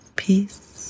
peace